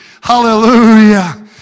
hallelujah